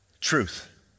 Truth